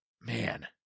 Man